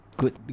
good